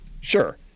sure